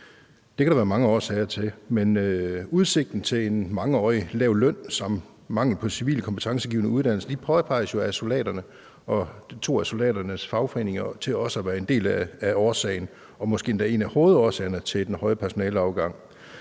Det kan der være mange årsager til, men udsigten til en mangeårig lav løn samt mangel på civil kompetencegivende uddannelse påpeges jo af soldaterne og to af soldaternes fagforeninger som også at være noget af årsagen – og måske en af hovedårsagerne – til den høje personaleafgang